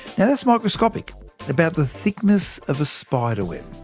now that's microscopic about the thickness of a spiderweb.